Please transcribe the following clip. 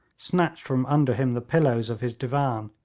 snatched from under him the pillows of his divan,